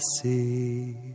see